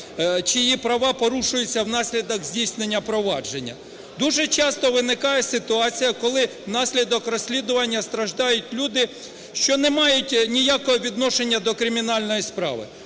чиї права порушуються в наслідок здійснення провадження. Дуже часто виникає ситуація, коли внаслідок розслідування страждають люди, що не мають ніякого відношення до кримінальної справи.